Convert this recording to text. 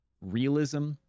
realism